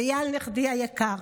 אייל, נכדי היקר,